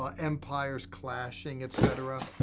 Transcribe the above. ah empires clashing, et cetera.